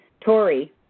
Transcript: Tory